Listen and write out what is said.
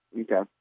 Okay